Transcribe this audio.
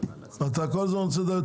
--- אתה כל הזמן רוצה לדבר.